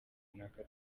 runaka